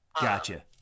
gotcha